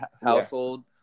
household